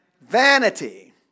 Vanity